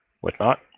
whatnot